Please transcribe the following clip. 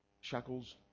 shackles